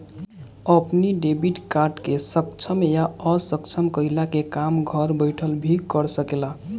अपनी debit card के सक्षम या असक्षम कईला के काम घर बैठल भी कर सकेला